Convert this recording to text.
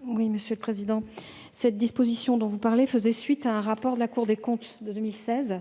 du Gouvernement ? Cette disposition faisait suite à un rapport de la Cour des comptes de 2016,